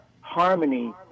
harmony